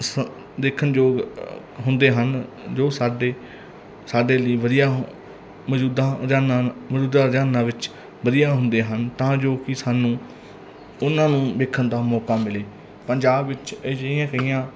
ਸ ਦੇਖਣ ਯੋਗ ਅ ਹੁੰਦੇ ਹਨ ਜੋ ਸਾਡੇ ਸਾਡੇ ਲਈ ਵਧੀਆ ਹੋ ਮੌਜੂਦਾ ਰੁਝਾਨਾਂ ਮੌਜੂਦਾ ਰੁਝਾਨਾਂ ਵਿੱਚ ਵਧੀਆ ਹੁੰਦੇ ਹਨ ਤਾਂ ਜੋ ਕਿ ਸਾਨੂੰ ਉਹਨਾਂ ਨੂੰ ਵੇਖਣ ਦਾ ਮੌਕਾ ਮਿਲੇ ਪੰਜਾਬ ਵਿੱਚ ਅਜਿਹੀਆਂ ਕਈਆਂ